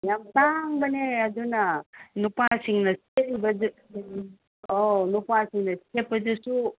ꯌꯥꯝ ꯇꯥꯡꯕꯅꯦ ꯑꯗꯨꯅ ꯅꯨꯄꯥꯁꯤꯡꯅ ꯁꯦꯠꯂꯤꯕ ꯑꯣ ꯅꯨꯄꯥꯁꯤꯡꯅ ꯁꯦꯠꯄꯗꯨꯁꯨ